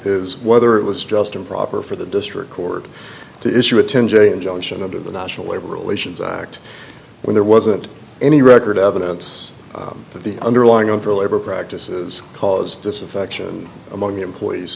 is whether it was just improper for the district court to issue a ten j injunction under the national labor relations act when there wasn't any record evidence that the underlying on for labor practices cause disaffection among the employees